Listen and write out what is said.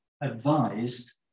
advised